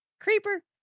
creeper